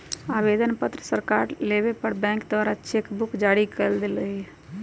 आवेदन पत्र सकार लेबय पर बैंक द्वारा चेक बुक जारी कऽ देल जाइ छइ